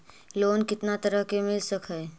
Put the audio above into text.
Loan कितना तरह से मिल सक है?